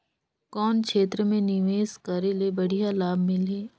कौन क्षेत्र मे निवेश करे ले बढ़िया लाभ मिलही?